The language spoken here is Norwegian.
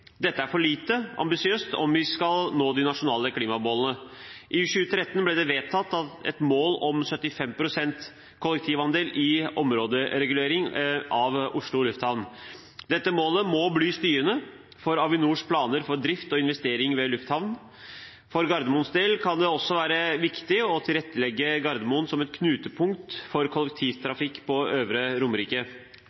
Dette er for lite ambisiøst om vi skal nå de nasjonale klimamålene. I 2013 ble det vedtatt et mål om 75 pst. kollektivandel i områdereguleringen av Oslo lufthavn. Dette målet må bli styrende for Avinors planer for drift og investering ved lufthavnen. For Gardermoens del kan det også være viktig å tilrettelegge Gardermoen som et knutepunkt for kollektivtrafikken på Øvre Romerike.